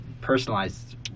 personalized